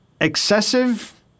excessive